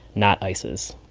not ices.